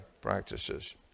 practices